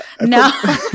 No